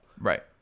Right